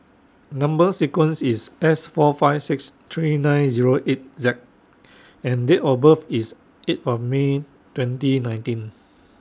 Number sequence IS S four five six three nine Zero eight Z and Date of birth IS eight of May twenty nineteen